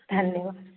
धन्यवाद